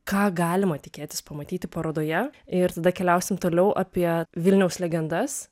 ką galima tikėtis pamatyti parodoje ir tada keliausim toliau apie vilniaus legendas